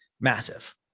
massive